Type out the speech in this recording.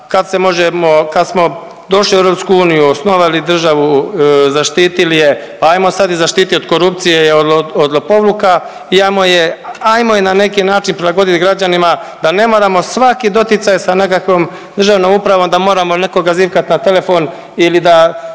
kad smo došli u EU, osnovali državu, zaštitili je, pa ajmo sad i zaštiti od korupcije i lopovluka i ajmo je, ajmo je na neki način prilagoditi građanima da ne moramo svaki doticaj sa nekakvom državnom upravom, da moramo nekoga zivkati na telefon ili da